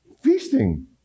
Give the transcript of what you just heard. feasting